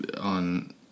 on